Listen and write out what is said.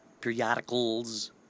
periodicals